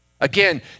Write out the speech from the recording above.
again